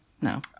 no